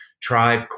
Tribe